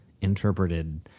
interpreted